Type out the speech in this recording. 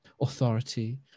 authority